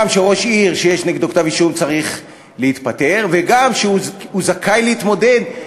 גם שראש עיר שיש נגדו כתב אישום צריך להתפטר וגם כשהוא זכאי להתמודד,